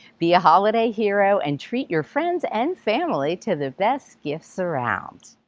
be a holiday hero and treat your friends and family to the best gifts around.